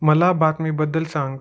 मला बातमीबद्दल सांग